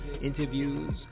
interviews